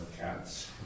cats